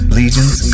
legions